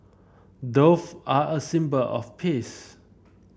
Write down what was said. dove are a symbol of peace